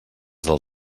del